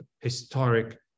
historic